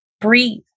breathe